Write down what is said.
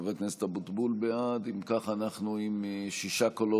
בעיית אי-ביטחון תזונתי בצל הקורונה